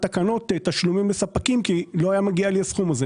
התקנות תשלומים לספקים כי לא היה מגיע לי הסכום הזה.